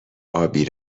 ابی